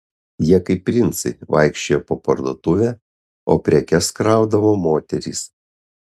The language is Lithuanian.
jie kaip princai vaikščiojo po parduotuvę o prekes kraudavo moterys